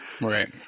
right